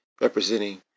representing